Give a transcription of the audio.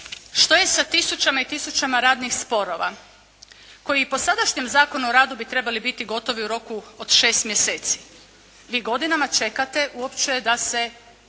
što je sa tisućama i tisućama radnih sporova koji i po sadašnjem Zakonu o radu bi trebali biti gotovi u roku od 6 mjeseci? Vi godinama čekate uopće da se bilo,